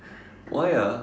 why ah